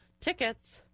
tickets